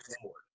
forward